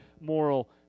moral